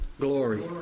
glory